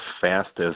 fastest